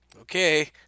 Okay